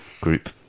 Group